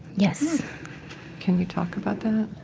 yes can you talk about that?